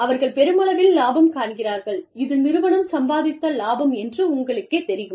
அவர்கள் பெருமளவில் லாபம் காண்கிறார்கள் இது நிறுவனம் சம்பாதித்த லாபம் என்று உங்களுக்கே தெரியும்